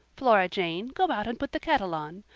flora jane, go out and put the kettle on.